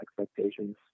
expectations